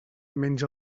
menja